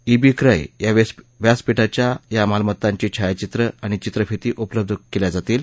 इं बी क्रय या व्यासपीठावर या मालमत्तांची छायाचित्र आणि चित्रफिती उपलब्ध क्लिग जातील